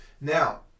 Now